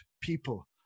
people